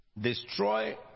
Destroy